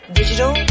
digital